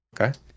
Okay